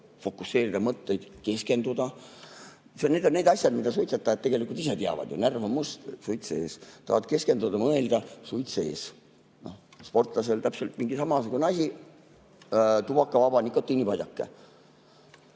fokuseerida mõtteid, keskenduda. Need on need asjad, mida suitsetajad tegelikult hästi teavad. Närv on must – suits ees, tahad keskenduda, mõelda – suits ees. Sportlasel on samasugune asi tubakavaba nikotiinipadjake.